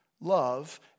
love